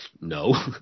No